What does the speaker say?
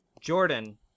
Jordan